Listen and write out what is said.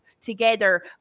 together